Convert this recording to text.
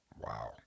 Wow